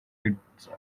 its